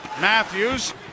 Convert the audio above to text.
Matthews